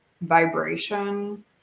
vibration